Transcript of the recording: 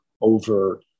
over